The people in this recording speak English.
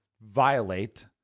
violate